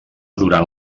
durant